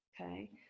okay